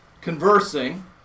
conversing